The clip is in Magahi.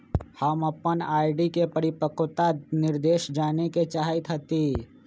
हम अपन आर.डी के परिपक्वता निर्देश जाने के चाहईत हती